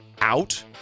out